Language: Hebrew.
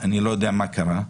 אני לא יודע מה קרה,